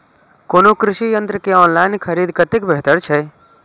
कोनो कृषि यंत्र के ऑनलाइन खरीद कतेक बेहतर छै?